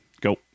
Go